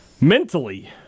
Mentally